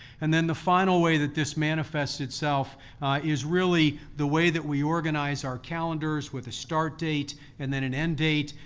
and then the final way that this manifests itself is really the way that we organize our calendars with a start date and then an end date.